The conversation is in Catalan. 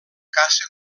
caça